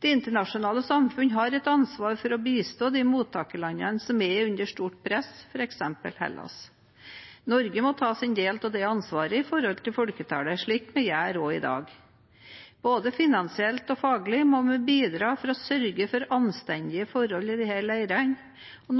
Det internasjonale samfunn har et ansvar for å bistå de mottakerlandene som er under stort press, f.eks. Hellas. Norge må ta sin del av ansvaret i forhold til folketallet, slik vi gjør også i dag. Både finansielt og faglig må vi bidra for å sørge for anstendige forhold i disse leirene.